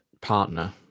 partner